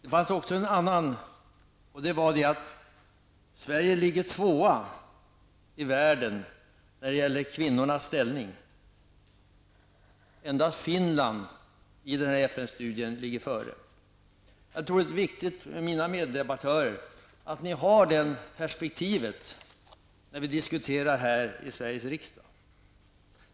Enligt samma FN-studie ligger Sverige två i världen när det gäller kvinnornas ställning. Endast Finland ligger före. Jag tror att det är viktigt att mina meddebattörer har detta perspektiv när vi diskuterar här i Sveriges riksdag.